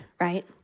right